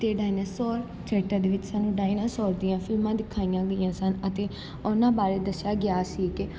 ਅਤੇ dinosaur theatre ਦੇ ਵਿੱਚ ਸਾਨੂੰ ਡਾਇਨਾਸੋਰ ਦੀਆਂ ਫਿਲਮਾਂ ਦਿਖਾਈਆਂ ਗਈਆਂ ਸਨ ਅਤੇ ਉਹਨਾਂ ਬਾਰੇ ਦੱਸਿਆ ਗਿਆ ਸੀ ਕਿ